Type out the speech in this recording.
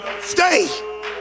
stay